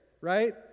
right